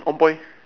on point